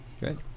Right